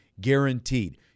guaranteed